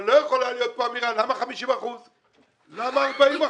אבל לא יכולה להיות פה אמירה למה 50%. למה 40%?